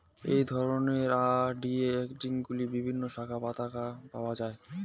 এই ধরনের অ্যান্টিঅক্সিড্যান্টগুলি বিভিন্ন শাকপাতায় পাওয়া য়ায়